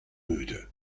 müde